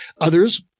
Others